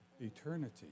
eternity